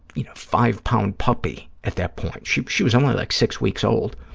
you know, five-pound puppy at that point. she she was only like six weeks old.